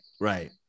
Right